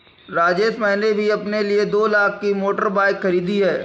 राजेश मैंने भी अपने लिए दो लाख की मोटर बाइक खरीदी है